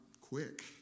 quick